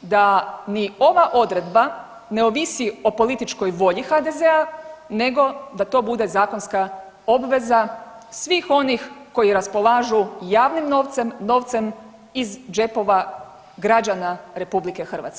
da ni ova odredba ne ovisi o političkoj volji HDZ-a nego da to bude zakonska obveza svih onih koji raspolažu javnim novcem, novcem iz džepova građana RH.